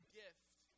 gift